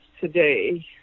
today